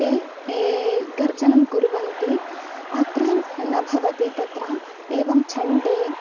ते गर्जनं कुर्वन्ति अत्र न भवति तत्र एवं छण्डे